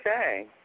Okay